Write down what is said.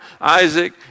Isaac